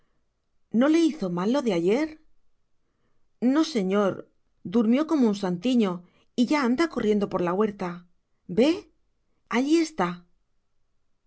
no le hizo mal lo de ayer no señor durmió como un santiño y ya anda corriendo por la huerta ve allí está